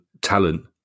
talent